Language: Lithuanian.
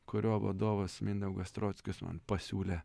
kurio vadovas mindaugas strockis man pasiūlė